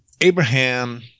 Abraham